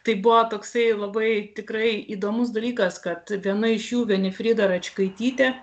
tai buvo toksai labai tikrai įdomus dalykas kad viena iš jų venifrida račkaitytė